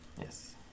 Yes